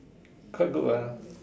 quite good what